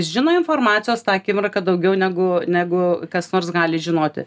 žino informacijos tą akimirką daugiau negu negu kas nors gali žinoti